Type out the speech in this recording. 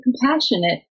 compassionate